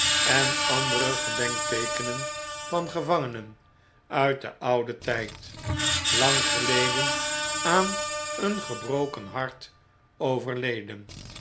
en andere gedenkteekenen van gevangenen uit den ouden tjjd lang geleden aan een gebroken hart overleden